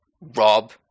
Rob